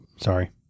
Sorry